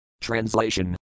Translation